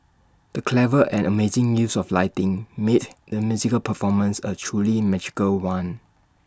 the clever and amazing use of lighting made the musical performance A truly magical one